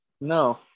no